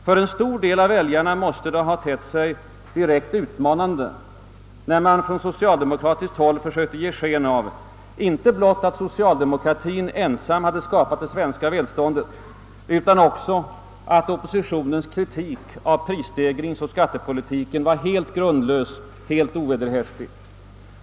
För en stor del av väljarna måste det ha tett sig direkt utmanande, när man från socialdemokratiskt håll försökte ge sken av, inte blott att socialdemokratien ensam hade skapat det svenska välståndet utan också att oppositionens kritik av prisstegringsoch skattepolitiken var helt grundlös, helt ovederhäftig.